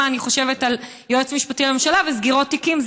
מה אני חושבת על יועץ משפטי לממשלה וסגירות תיקים.